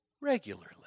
regularly